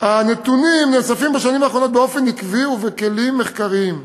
הנתונים נאספים בשנים האחרונות באופן עקבי ובכלים מחקריים,